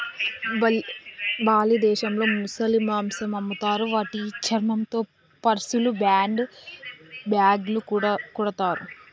Bali దేశంలో ముసలి మాంసం అమ్ముతారు వాటి చర్మంతో పర్సులు, హ్యాండ్ బ్యాగ్లు కుడతారు